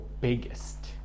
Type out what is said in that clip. biggest